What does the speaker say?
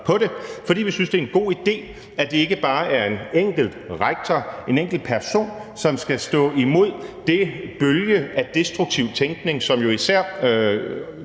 på det, fordi vi synes, det er en god idé, at det ikke bare er en enkelt rektor, en enkelt person, som skal stå imod den bølge af destruktiv tænkning, som jo især